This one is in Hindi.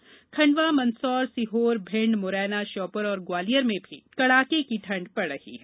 वहीं खंडवा मंदसौर सीहोर भिंड मुरैना श्योपुर और ग्वालियर में भी कड़ाके ठंड पड़ रही है